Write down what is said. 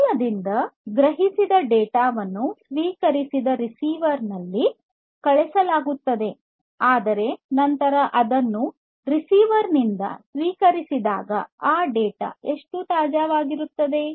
ಮೂಲದಿಂದ ಗ್ರಹಿಸಿದ ಡೇಟಾವನ್ನು ಸ್ವೀಕರಿಸಿದ ರಿಸೀವರ್ ನಲ್ಲಿ ಕಳುಹಿಸಲಾಗುತ್ತದೆ ಆದರೆ ನಂತರ ಅದನ್ನು ರಿಸೀವರ್ ನಿಂದ ಸ್ವೀಕರಿಸಿದಾಗ ಆ ಡೇಟಾ ಎಷ್ಟು ತಾಜಾವಾಗಿರುತ್ತದೆ